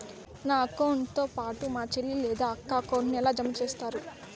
నా అకౌంట్ తో పాటు మా చెల్లి లేదా అక్క అకౌంట్ ను ఎలా జామ సేస్తారు?